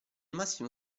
massimo